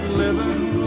living